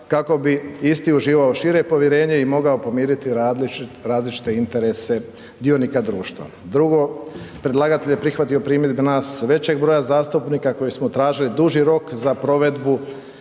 kako bi isti uživao šire povjerenje i mogao pomiriti različite interese dionika društva. Drugo, predlagatelj je prihvatio primjedbe nas većeg broja zastupnika koji smo tražili duži rok za provedbu